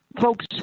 folks